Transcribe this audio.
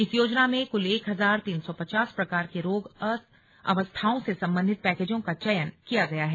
इस योजना में कुल एक हजार तीन सौ पचास प्रकार के रोग अवस्थाओं से सम्बन्धित पैकेजों का चयन किया गया है